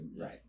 Right